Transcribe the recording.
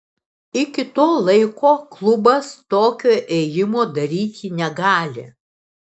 iki to laiko klubas tokio ėjimo daryti negali